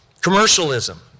Commercialism